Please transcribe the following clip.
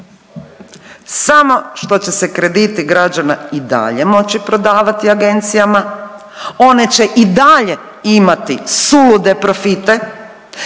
Samo što će se krediti građana i dalje moći prodavati agencijama, one će i dalje imati sulude profite.